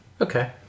okay